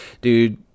dude